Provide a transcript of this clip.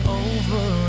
over